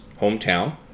hometown